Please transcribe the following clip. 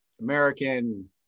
American